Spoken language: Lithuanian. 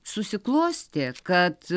susiklostė kad